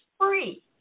free